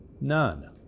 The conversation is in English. none